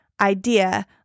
idea